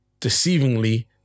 deceivingly